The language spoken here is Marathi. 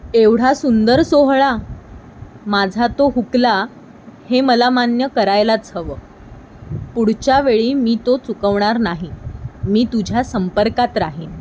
एवढा सुंदर सोहळा माझा तो हुकला हे मला मान्य करायलाच हवं पुढच्या वेळी मी तो चुकवणार नाही मी तुझ्या संपर्कात राहीन